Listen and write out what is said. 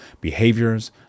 behaviors